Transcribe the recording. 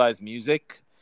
music